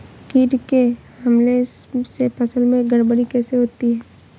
कीट के हमले से फसल में गड़बड़ी कैसे होती है?